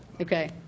Okay